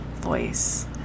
voice